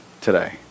today